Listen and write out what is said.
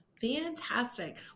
Fantastic